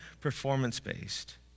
performance-based